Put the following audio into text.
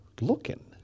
looking